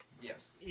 Yes